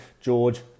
George